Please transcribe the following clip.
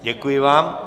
Děkuji vám.